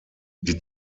die